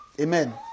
amen